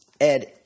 Ed